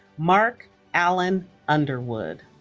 mark alan underwood